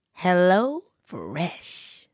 HelloFresh